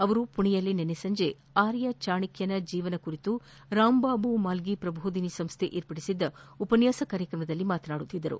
ಅವರು ಪುಣೆಯಲ್ಲಿ ನಿನ್ನೆ ಸಂಜೆ ಆರ್ಯ ಚಾಣಕ್ಕನ ಜೀವನ ಕುರಿತು ರಾಮ್ಬಾಬು ಮಾಲ್ಲಿ ಪ್ರಭೋದಿನಿ ಸಂಸ್ಥೆ ಏರ್ಪಡಿಸಿದ್ದ ಉಪನ್ಯಾಸ ಕಾರ್ಯಕ್ರಮದಲ್ಲಿ ಮಾತನಾಡುತ್ತಿದ್ದರು